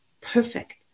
perfect